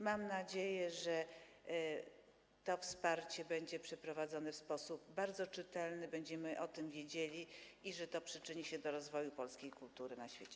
Mam nadzieję, że to wsparcie będzie przeprowadzone w sposób bardzo czytelny, będziemy o tym wiedzieli, i że to przyczyni się do rozwoju polskiej kultury na świecie.